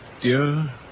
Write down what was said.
dear